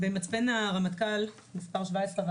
במצפן הרמטכ"ל מס' 17,